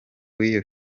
w’iyo